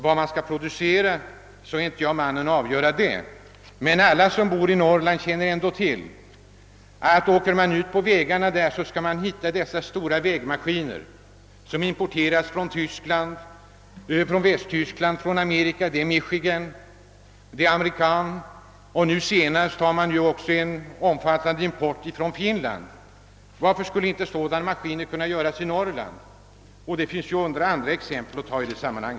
Vad som skall produceras är jag inte mannen att avgöra, men alla som bor i Norrland vet att om man åker ut på vägarna där uppe finner man stora vägmaskiner som importerats från Västtyskland och från Amerika — det är märken som Michigan och American. Nu senast har det också varit en omfat tande import från Finland. Varför skul 1e inte sådana maskiner kunna tillverkas i Norrland? Och det finns flera andra exempel att anföra i detta sammanhang.